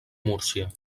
múrcia